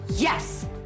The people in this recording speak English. Yes